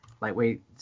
lightweight